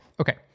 okay